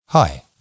Hi